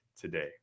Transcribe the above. today